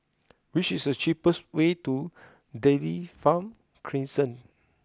which is the cheapest way to Dairy Farm Crescent